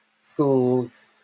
schools